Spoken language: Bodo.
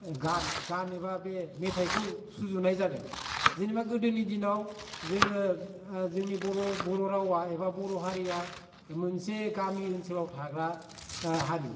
गान गान एबा बे मेथाइखौ सुजुनाय जादों जेनेबा गोदोनि दिनाव जोङो जोंनि बर' बर' रावआ एबा बर' हारिया मोनसे गामि ओनसोलाव थाग्रा हारि